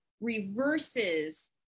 reverses